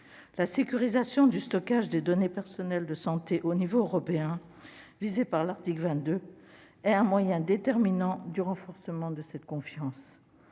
La sécurisation du stockage des données personnelles de santé au niveau européen, visée par l'article 22, est un moyen déterminant du renforcement de cette confiance.